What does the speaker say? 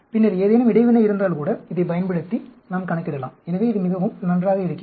பின்னர் ஏதேனும் இடைவினை இருந்தால்கூட இதைப் பயன்படுத்தி நாம் கணக்கிடலாம் எனவே இது மிகவும் நன்றாக இருக்கிறது